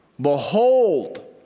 behold